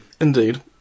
Indeed